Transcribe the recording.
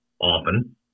often